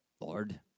Lord